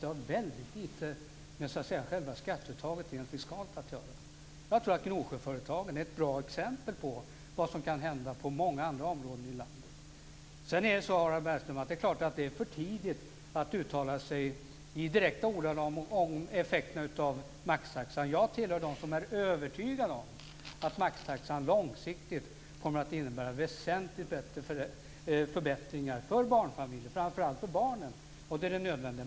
Det har väldigt lite med själva skatteuttaget rent fiskalt att göra. Jag tror att Gnosjöföretagen är ett bra exempel på vad som kan hända på många andra områden i landet. Sedan är det naturligtvis för tidigt, Harald Bergström, att uttala sig i direkta ordalag om effekterna av maxtaxan. Jag tillhör dem som är övertygade om att maxtaxan långsiktigt kommer att innebära väsentliga förbättringar för barnfamiljer, framför allt för barnen, och det är det nödvändiga.